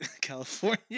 California